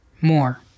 more